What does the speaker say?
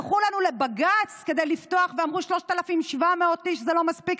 הלכו לנו לבג"ץ כדי לפתוח ואמרו: 3,700 איש זה לא מספיק.